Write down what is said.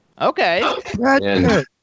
Okay